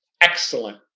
excellent